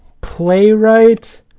playwright